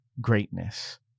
greatness